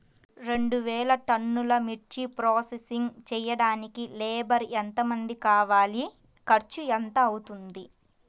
రెండు వేలు టన్నుల మిర్చి ప్రోసెసింగ్ చేయడానికి లేబర్ ఎంతమంది కావాలి, ఖర్చు ఎంత అవుతుంది?